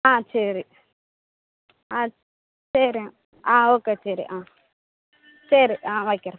ஆ சரி ஆ சரி ஆ ஓகே சரி ஆ சரி ஆ வைக்கிறேன்